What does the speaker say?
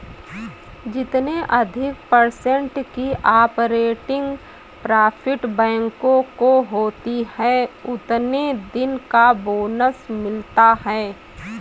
जितने अधिक पर्सेन्ट की ऑपरेटिंग प्रॉफिट बैंकों को होती हैं उतने दिन का बोनस मिलता हैं